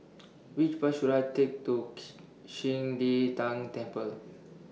Which Bus should I Take to Qing De Tang Temple